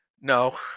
No